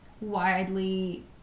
widely